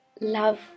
Love